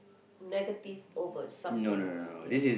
negative over something yes